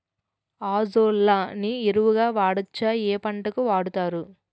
Azolla ని ఎరువు గా వాడొచ్చా? ఏ పంటలకు వాడతారు?